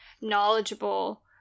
knowledgeable